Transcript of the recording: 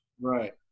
Right